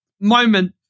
moment